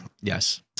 Yes